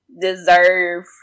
deserve